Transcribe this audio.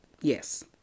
Yes